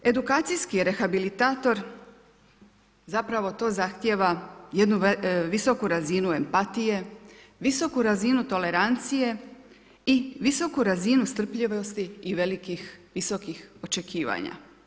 Edukacijski rehabilitator, zapravo to zahtijeva jednu visoku razinu empatije, visoku razinu tolerancije i visoku razinu strpljivosti i velikih, visokih očekivanja.